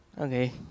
Okay